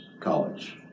college